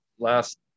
Last